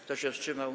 Kto się wstrzymał?